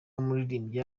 w’umuririmbyi